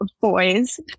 boys